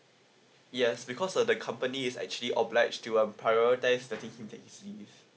yes because uh the company is actually opt like to um prioritize the things it can receive